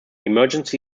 emergency